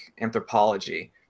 anthropology